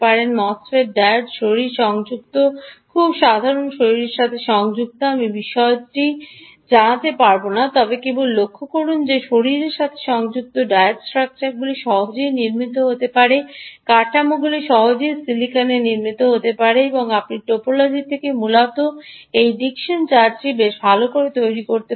MOSFET diodes শরীর সংযুক্ত খুব সাধারণ শরীরের সাথে সংযুক্ত আমি বিশদটি জানতে পারব না তবে কেবল লক্ষ করুন যে শরীরের সাথে সংযুক্ত ডায়োড স্ট্রাকচারগুলি সহজেই নির্মিত হতে পারে কাঠামোগুলি সহজেই সিলিকনে নির্মিত যেতে পারে এবং আপনি টপোলজি থেকে মূলত এই ডিকসন চার্জটি বেশ ভাল তৈরি করতে পারেন